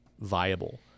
viable